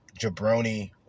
jabroni